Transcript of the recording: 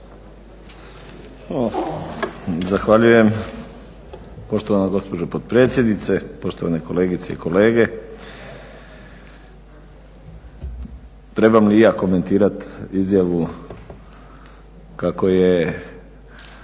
Zahvaljujem. Poštovana gospođo potpredsjednice, poštovane kolegice i kolege. Trebam li ja komentirati izjavu kako je